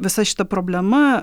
visa šita problema